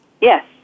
Yes